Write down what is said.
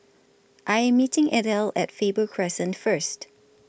I Am meeting Ethel At Faber Crescent First